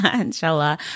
Inshallah